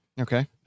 Okay